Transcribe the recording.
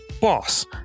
BOSS